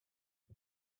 for